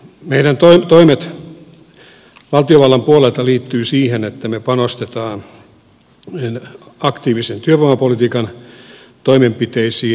meidän toimemme valtiovallan puolelta liittyvät siihen että me panostamme aktiivisen työvoimapolitiikan toimenpiteisiin